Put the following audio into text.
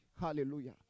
Hallelujah